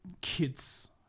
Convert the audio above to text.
kids